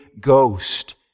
Ghost